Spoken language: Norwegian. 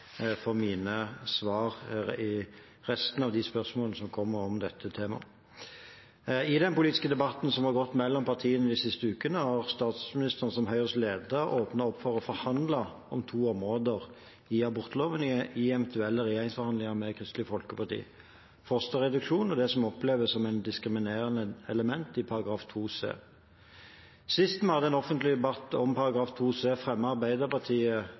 for mine svar i resten av de spørsmålene som kommer om dette temaet. I den politiske debatten som har gått mellom partiene de siste ukene, har statsministeren, som Høyres leder, åpnet opp for å forhandle om to områder i abortloven i eventuelle regjeringsforhandlinger med Kristelig Folkeparti: fosterreduksjon og det som oppleves som et diskriminerende element i § 2c. Sist vi hadde en offentlig debatt om § 2c, fremmet Arbeiderpartiet